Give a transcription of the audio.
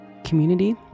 Community